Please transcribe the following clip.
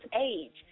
age